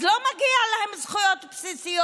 אז לא מגיעות להם זכויות בסיסיות.